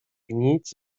nic